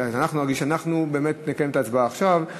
אנחנו באמת נקיים את ההצבעה עכשיו,